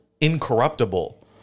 incorruptible